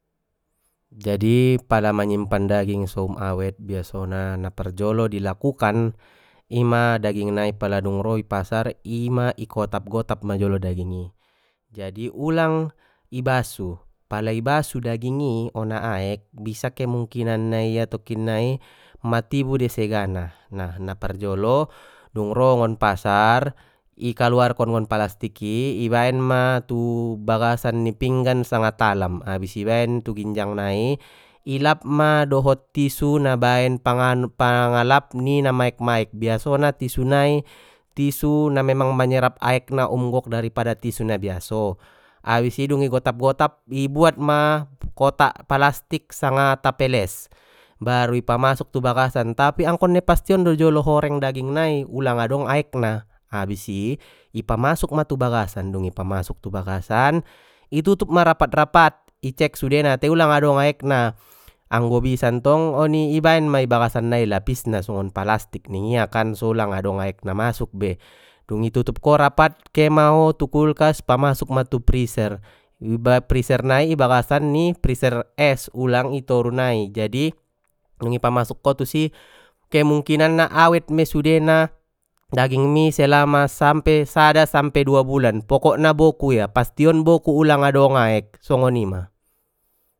Jadi pala manyimpan daging so um awet biasona na parjolo di lakukan ima daging nai pala dung ro i pasar ima i gotap gotap majolo daging i jadi ulang i basu pala ibasu daging i ona aek bisa kemungkinan na ia tokinnai ma tibu dei segana nah, naparjolo dung ro ngon pasar i kaluarkon ngon palastik i ibaen ma tu bagasan ni pinggan sanga talam abis ibaen tu ginjang nai i lap ma dohot tisu na baen pangan-pangalap ni na maek maek biasona tisu nai tisu na memang manyerap aek na um gok dari pada tisu na biaso abis i dung i gotap gotap i buat ma kotak palastik sanga tapeles baru i pamasuk tu bagasan tapi angkon na pastion do jolo horeng daging nai ulang adong aek na habis i ipamasuk ma tu bagasan dung i pamasuk tu bagasan i tutup ma rapat rapat i cek sudena tai ulang adong aek na anggo bisa ntong oni i baen ma i bagasan nai lapisna songon palastik ningia kan so ulang adong aek na masuk be dung i tutup ko rapat ke maho tu kulkas pamasuk ma tu freezer freezer nai i bagasan ni freezer es ulang i toru nai jadi dung i pamasuk ko tusi kemungkinan na awet mei sudena daging mi selama sampe sada sampe dua bulan pokok na boku ia pastion boku ulang adong aek songoni ma.